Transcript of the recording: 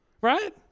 Right